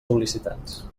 sol·licitants